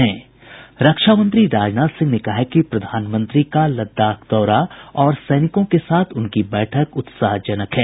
रक्षा मंत्री राजनाथ सिंह ने कहा है कि प्रधानमंत्री का लद्दाख दौरा और सैनिकों के साथ उनकी बैठक उत्साहजनक है